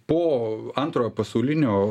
po antrojo pasaulinio